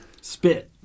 Spit